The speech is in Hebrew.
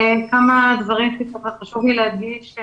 כמה דברים שחשוב לי להדגיש.